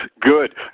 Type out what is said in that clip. Good